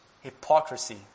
hypocrisy